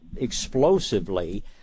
explosively